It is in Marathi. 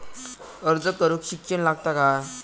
अर्ज करूक शिक्षण लागता काय?